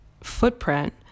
footprint